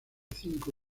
cinco